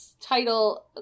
title